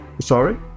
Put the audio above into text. Sorry